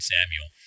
Samuel